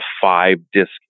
five-disc